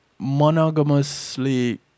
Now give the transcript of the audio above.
monogamously